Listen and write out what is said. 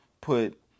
put